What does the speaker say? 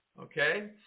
okay